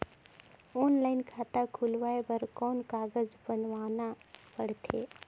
Online खाता खुलवाय बर कौन कागज बनवाना पड़थे?